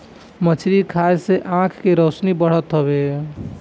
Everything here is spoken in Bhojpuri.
मछरी खाए से आँख के रौशनी बढ़त हवे